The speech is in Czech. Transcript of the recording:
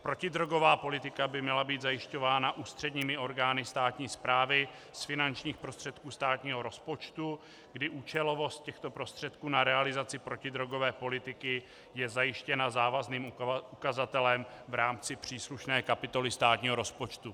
Protidrogová politika by měla být zajišťována ústředními orgány státní správy z finančních prostředků státního rozpočtu, kdy účelovost těchto prostředků na realizaci protidrogové politiky je zajištěna závazným ukazatelem v rámci příslušné kapitoly státního rozpočtu.